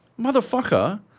Motherfucker